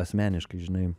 asmeniškai žinai